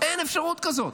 אין אפשרות כזאת.